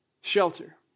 shelter